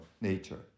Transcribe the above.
nature